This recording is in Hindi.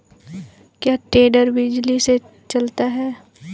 क्या टेडर बिजली से चलता है?